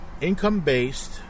income-based